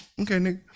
Okay